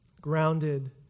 grounded